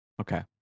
Okay